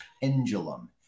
pendulum